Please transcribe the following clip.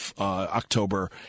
October